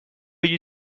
you